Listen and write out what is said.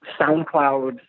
SoundCloud